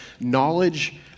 knowledge